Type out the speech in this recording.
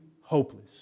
hopeless